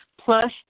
plus